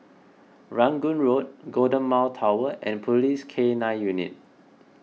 Rangoon Road Golden Mile Tower and Police K nine Unit